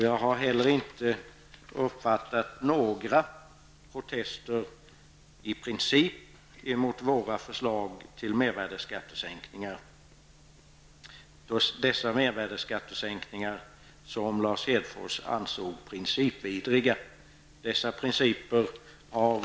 Jag har inte heller uppfattat några protester i princip emot våra förslag till mervärdeskattesänkningar. Det är dessa mervärdeskattesänkningar som Lars Hedfors ansåg principvidriga.